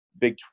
big